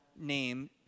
name